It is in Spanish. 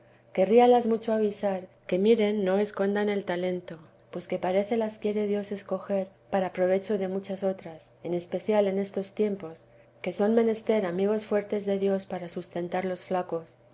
visto quémalas mucho avisar que miren no escondan el talento pues que parece las quiere dios escoger para provecho de otras muchas en especial en estos tiempos que son menester amigos fuertes de dios para sustentar los flacos